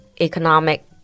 economic